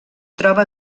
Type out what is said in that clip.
troba